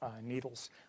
needles